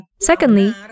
Secondly